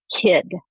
kid